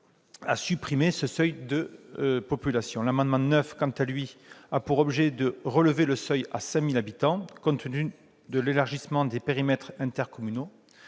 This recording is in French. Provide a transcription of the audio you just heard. à supprimer ce seuil de population. L'amendement n° 9 rectifié a quant à lui pour objet de le relever à 5 000 habitants, compte tenu de l'élargissement des périmètres intercommunaux.